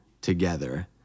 together